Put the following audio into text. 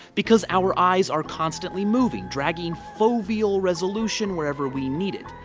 because our eyes are constantly moving, dragging foveal resolution wherever we need it.